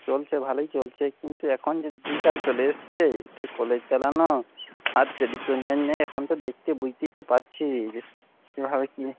চলছে ভালোই চলছে কিন্তু এখন যে দিন কাল চলে এসছে এতে কলেজ চালানো আর দেরি করবেন না এখন তো দেখতে বুঝতেই তো পারছি যে কীভাবে কী